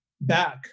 back